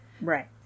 Right